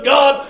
God